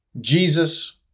Jesus